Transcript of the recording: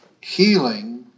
healing